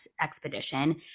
expedition